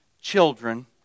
children